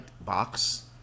box